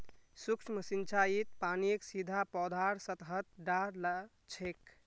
सूक्ष्म सिंचाईत पानीक सीधा पौधार सतहत डा ल छेक